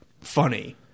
funny